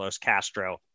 Castro